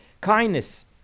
kindness